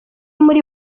muri